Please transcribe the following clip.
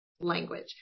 language